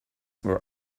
were